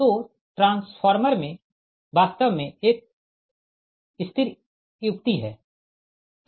तो ट्रांसफार्मर वास्तव में एक स्थिर युक्ति है